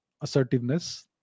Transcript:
assertiveness